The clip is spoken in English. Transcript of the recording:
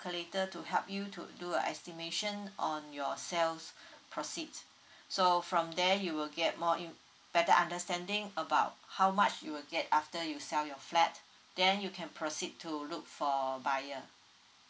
later to help you to do estimation on your sales proceed so from there you will get more you better understanding about how much you would get after you sell your flat then you can proceed to look for buyer